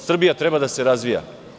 Srbija treba da se razvija.